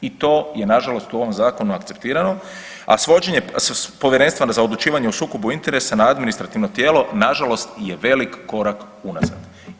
I to je nažalost u ovom zakonu akceptirano a svođenje Povjerenstva za odlučivanje o sukobu interesa na administrativno tijelo, nažalost je veliki korak unazad.